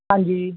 ਹਾਂਜੀ